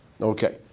Okay